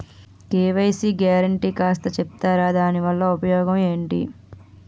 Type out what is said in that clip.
KYC guarantee కాస్త చెప్తారాదాని వల్ల ఉపయోగం ఎంటి?